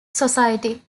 society